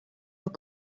old